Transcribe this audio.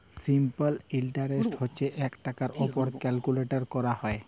simple interest হছে যে টাকার উপর ক্যালকুলেট ক্যরা হ্যয়